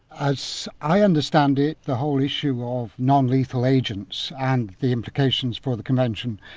as i understand it, the whole issue of non-lethal agents and the implications for the convention,